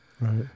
right